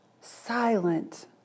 silent